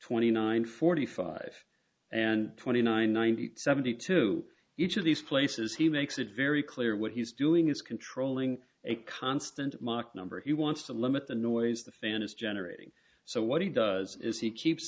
twenty nine forty five and twenty nine ninety seventy two each of these places he makes it very clear what he's doing is controlling a constant mach number he wants to limit the noise the fan is generating so what he does is he keeps